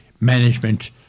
management